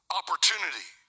opportunity